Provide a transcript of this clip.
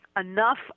enough